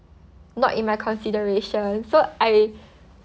not in my consideration so I